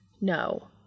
No